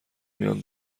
میان